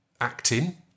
acting